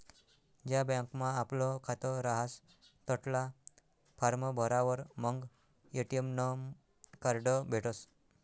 ज्या बँकमा आपलं खातं रहास तठला फार्म भरावर मंग ए.टी.एम नं कार्ड भेटसं